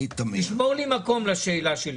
אני לא מדבר על סכומים,